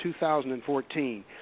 2014